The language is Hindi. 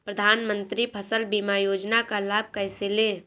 प्रधानमंत्री फसल बीमा योजना का लाभ कैसे लें?